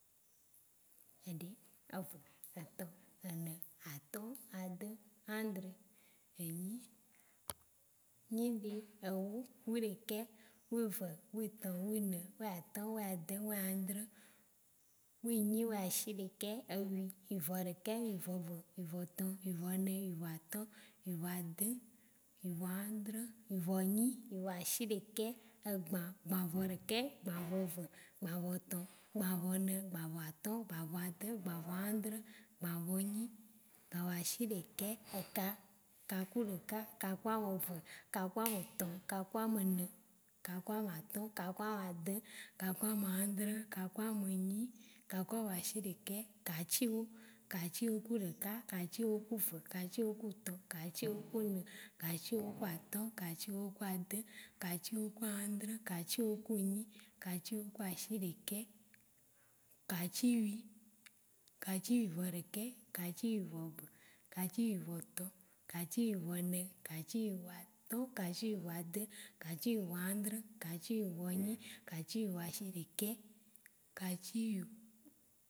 Eɖe, eve, etɔ, ene, atɔ̃, edẽ, ãdrẽ, enyi, nyiɖe, ewo, wiɖekɛ, wive, witɔ, wine, wiatɔ̃, wiadẽ, wiãdrẽ, winyi wiashiɖekɛ, ewi, wiveɖekɛ, wiveve, wive tɔ, wivene, wiveatɔ̃, wiveadẽ, wiveãdrẽ, wivenyi, wiveadhiɖeke, egba, gbaveɖekɛ, gbaveve, gbavetɔ, gbavene, gbaveatɔ̃, gbaveadẽ, gbaveãdrẽ, gbavenyi, gbaveashiɖekɛ, eka, ka ku ɖeka, ka ku ameve, ka ku ametɔ, ka ku amene, ka ku amatɔ̃, ka ku amadẽ, ka ku amãdrẽ, ka ku amenyi, ka ku amadshiɖekɛ, katsiwó, katsiwó ku ɖekɛ, katsiwó ku ve, katsiwó ku tɔ, katsiwó ku ne, katsiwó ku atɔ̃, katsiwó ku adẽ, katsiwó ku ãdrẽ, katsiwó ku nyi, katsiwó ku ashiɖekɛ, katsi wi, katsiʋeɖekɛ, katsi ʋeve, katsi ʋetɔ, katsi ʋene, katsi ʋeatɔ̃, katsi ʋeadẽ, katsi ʋeãdrẽ, katsi ʋenyi, katsi ʋeashiɖekɛ, katsi.